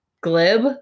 Glib